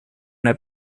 una